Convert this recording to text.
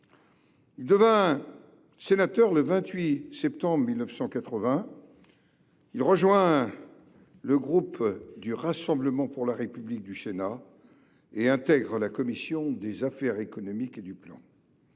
Il devient sénateur le 28 septembre 1980. Il rejoint alors le groupe du Rassemblement pour la République (RPR) au Sénat et intègre la commission des affaires économiques et du plan.